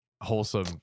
Wholesome